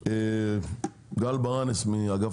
גל ברנס, אגף